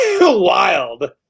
wild